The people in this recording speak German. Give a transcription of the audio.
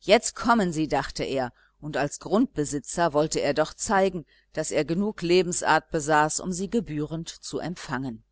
jetzt kommen sie dachte er und als grundbesitzer wollte er doch zeigen daß er genug lebensart besaß um sie gebührend zu empfangen